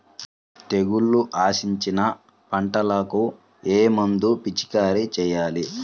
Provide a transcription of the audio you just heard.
తెగుళ్లు ఆశించిన పంటలకు ఏ మందు పిచికారీ చేయాలి?